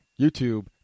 youtube